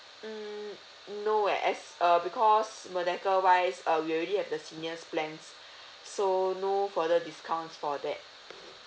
mm no as as uh because merdeka wise uh we already have the seniors plans so no further discounts for that